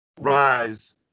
rise